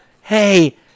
Hey